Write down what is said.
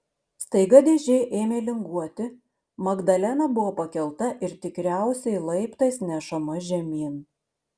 staiga dėžė ėmė linguoti magdalena buvo pakelta ir tikriausiai laiptais nešama žemyn